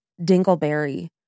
dingleberry